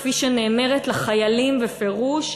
כפי שנאמרת לחיילים בפירוש,